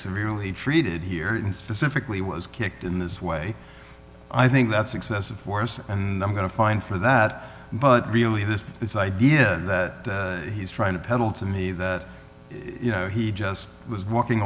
severely treated here and specifically was kicked in this way i think that's excessive force and i'm going to fine for that but really this this idea that he's trying to peddle to me that you know he just was walking